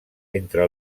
entre